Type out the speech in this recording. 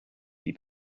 die